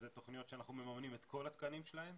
אלה תוכניות שאנחנו מממנים את כל התקנים שלהם